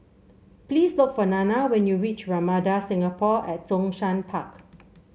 please look for Nana when you reach Ramada Singapore at Zhongshan Park